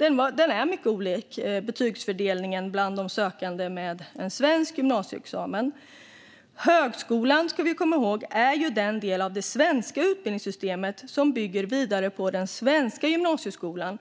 är mycket olik betygsfördelningen bland de sökande med en svensk gymnasieexamen. Högskolan, ska vi komma ihåg, är den del av det svenska utbildningssystemet som bygger vidare på den svenska gymnasieskolan.